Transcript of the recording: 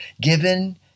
given